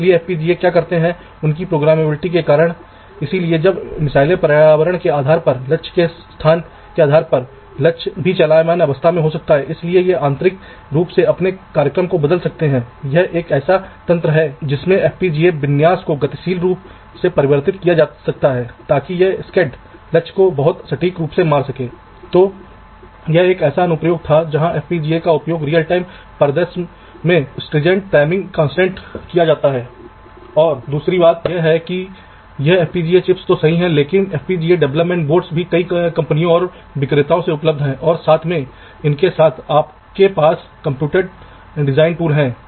इसलिए जो थोड़ा और सामान्य संदर्भ में उपयोग किया जाता है पर मानक सेल के लिए आवश्यक नहीं है जिससे आप एक रिंग बना सकते हैं जो चिप के पूरे कोर को घेर लेती है जैसे इस पर एक पूरे आस पास की चीज को रिंग कहा जाता है आप एक चिप के चारों ओर रिंग को परिभाषित करते हैं फिर आप आईओ पैड को रिंग से जोड़ते हैं